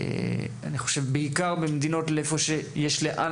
זה קורה בעיקר במדינות היכן שיש לאן